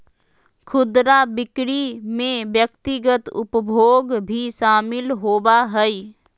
खुदरा बिक्री में व्यक्तिगत उपभोग भी शामिल होबा हइ